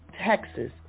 Texas